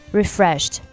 refreshed